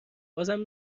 بازم